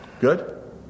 Good